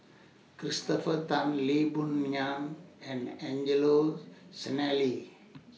Christopher Tan Lee Boon Ngan and Angelo Sanelli